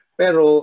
pero